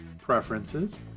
Preferences